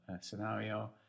scenario